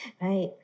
Right